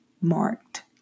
marked